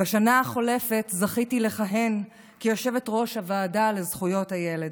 בשנה החולפת זכיתי לכהן כיושבת-ראש הוועדה לזכויות הילד,